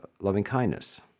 loving-kindness